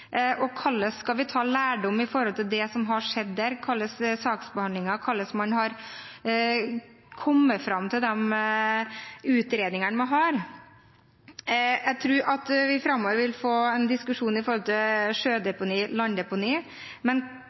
år. Hvordan skal vi ta lærdom av det som har skjedd der når det gjelder saksbehandling, og hvordan har man kommet fram til de utredningene man har? Jeg tror vi får en diskusjon framover når det gjelder sjødeponi og landdeponi. Men